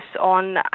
on